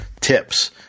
tips